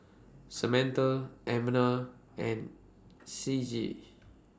Samantha Abner and Ciji